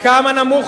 הממשלה לא אשמה,